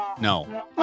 No